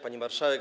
Pani Marszałek!